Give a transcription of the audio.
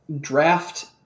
Draft